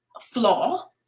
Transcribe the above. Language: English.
flaw